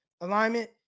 alignment